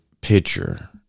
picture